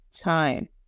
time